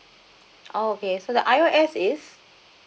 oh okay so the I_O_S is